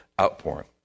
outpouring